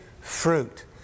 fruit